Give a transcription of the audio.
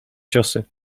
ciosy